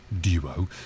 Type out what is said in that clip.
Duo